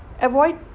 avoid